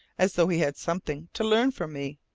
as though he had something to learn from me,